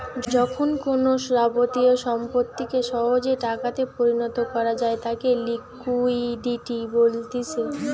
যখন কোনো যাবতীয় সম্পত্তিকে সহজে টাকাতে পরিণত করা যায় তাকে লিকুইডিটি বলতিছে